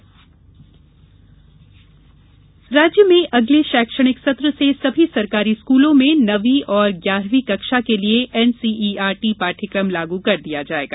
NCERT पाठ्यक्रम राज्य में अगले शैक्षणिक सत्र से सभी सरकारी स्कूलों में नवीं और ग्यारहवीं कक्षा के लिए एनसीईआरटी पाठ्यक्रम लागू कर दिया जायेगा